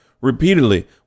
repeatedly